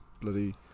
bloody